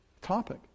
topic